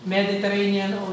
Mediterranean